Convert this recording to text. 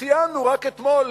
ציינו רק אתמול